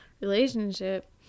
relationship